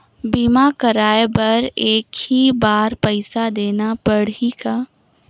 बीमा कराय बर एक ही बार पईसा देना पड़ही का?